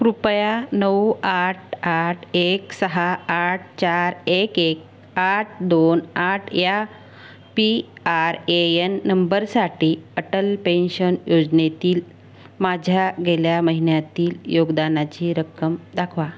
कृपया नऊ आठ आठ एक सहा आठ चार एक एक आठ दोन आठ या पी आर ए यन नंबरसाठी अटल पेन्शन योजनेतील माझ्या गेल्या महिन्यातील योगदानाची रक्कम दाखवा